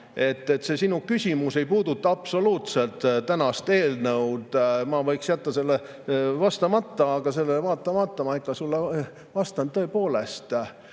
Aga sinu küsimus ei puuduta absoluutselt tänast eelnõu, ma võiks jätta sellele vastamata, aga sellele vaatamata ma ikka vastan. Tõepoolest,